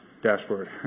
dashboard